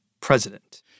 president